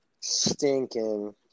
stinking